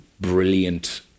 brilliant